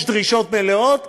יש דרישות מלאות,